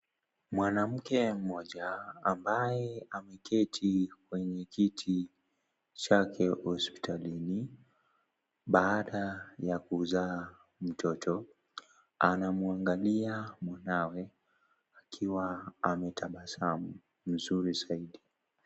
Mwanamke mmoja ambaye ameketi kwenye kiti chake hospitalini baada ya kuzaa mtoto anamwangalia mwanawe akiwa ametabasamu mzuri zaidi.